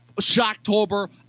Shocktober